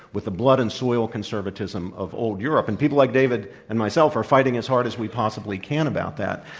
with the blood and soil conservatism of old europe. and people like david and myself are fighting as hard as we possibly can about that.